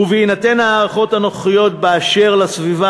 ובהינתן ההערכות הנוכחיות באשר לסביבה